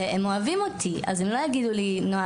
והם אוהבים אותי אז הם לא יגידו לי נועה